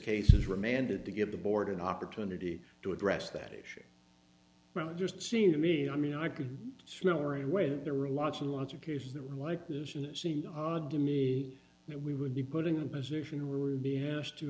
case is remanded to give the board an opportunity to address that issue well it just seemed to me i mean i could smell right away that there were lots and lots of cases that were like this and it seemed odd to me that we would be putting in a position where we would be asked to